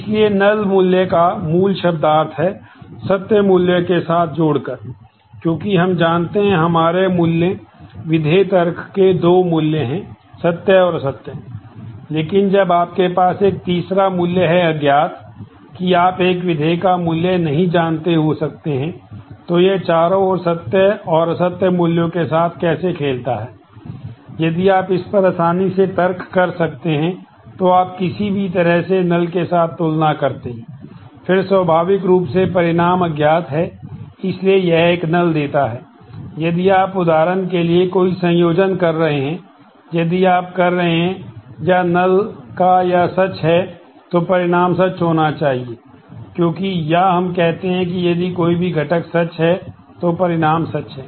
इसलिए नल का या सच है तो परिणाम सच होना चाहिए क्योंकि या हम कहते हैं कि यदि कोई भी घटक सच है तो परिणाम सच है